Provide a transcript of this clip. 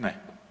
Ne.